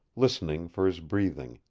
listening for his breathing.